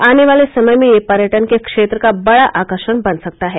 आने वाले समय में यह पर्यटन के क्षेत्र का बड़ा आकर्षण बन सकता है